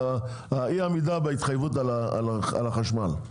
האי-עמידה בהתחייבות על החשמל.